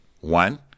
one